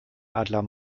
adler